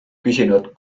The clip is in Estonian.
küsinud